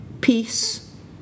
peace